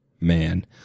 man